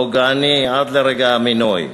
פוגעני עד לרגע המינוי.